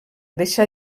deixar